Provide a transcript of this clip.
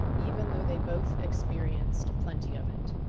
even though they both experienced plenty of it.